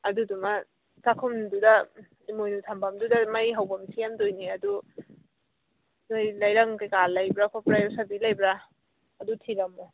ꯑꯗꯨꯗꯨꯃꯥ ꯆꯥꯛꯈꯨꯝꯗꯨꯗ ꯏꯃꯣꯏꯅꯨ ꯊꯝꯐꯝꯗꯨꯗ ꯃꯩ ꯍꯧꯐꯝ ꯁꯦꯝꯗꯣꯏꯅꯦ ꯑꯗꯨ ꯃꯈꯣꯏ ꯂꯩꯔꯪ ꯀꯔꯤ ꯀꯔꯥ ꯂꯩꯕ꯭ꯔꯥ ꯈꯣꯠꯄ ꯌꯣꯠꯁꯕꯤ ꯂꯩꯕ꯭ꯔꯥ ꯑꯗꯨ ꯊꯤꯔꯝꯃꯣ